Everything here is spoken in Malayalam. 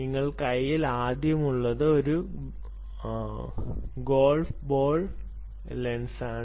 അവളുടെ കയ്യിൽ ആദ്യം ഉള്ളത് ഒരു ഗോൾഫ് ബോൾ ലെൻസാണ്